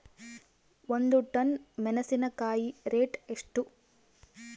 ಒಂದು ಟನ್ ಮೆನೆಸಿನಕಾಯಿ ರೇಟ್ ಎಷ್ಟು?